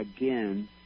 again